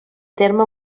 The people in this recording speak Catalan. terme